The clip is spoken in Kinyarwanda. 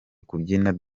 kubyina